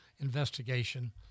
investigation